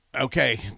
Okay